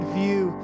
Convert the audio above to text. view